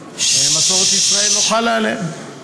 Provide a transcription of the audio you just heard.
מסורת ישראל לא חלה עליהם.